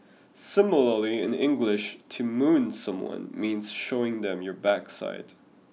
similarly in English to moon someone means showing them your backside